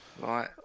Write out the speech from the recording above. Right